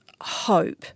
hope